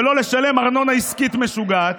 ולא לשלם ארנונה עסקית משוגעת,